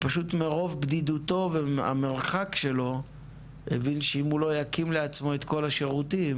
שמרוב בדידותו והמרחק שלו הבין שאם הוא לא יקים לעצמו את כל השירותים